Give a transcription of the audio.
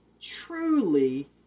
truly